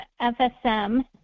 FSM